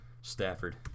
Stafford